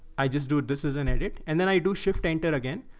i just do this is an edit, and then i do shift enter again,